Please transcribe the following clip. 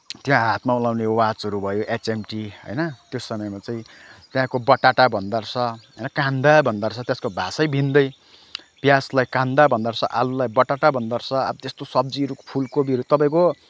त्यहाँ हातमा लगाउने वाचहरू भयो एचएमटी होइन त्यो समयमा चाहिँ त्यहाँको बटाटा भन्दो रहेछ कान्दा भन्दो रहेछ त्यसको भाषै भिन्दै प्याजलाई कान्दा भन्दो रहेछ आलुलाई बटाटा भन्दो रहेछ त्यस्तो सब्जीहरू फुलकोपीहरू तपाईँको